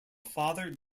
father